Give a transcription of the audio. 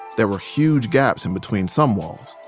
there were huge gaps in between some walls.